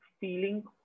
feeling